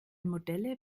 modelle